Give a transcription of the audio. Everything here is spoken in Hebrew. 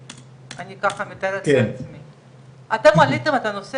אני בחלק שמקדם את השיווק